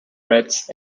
rats